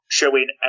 showing